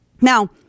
Now